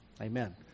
amen